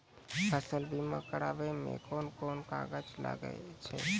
फसल बीमा कराबै मे कौन कोन कागज लागै छै?